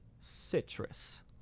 Citrus